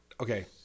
Okay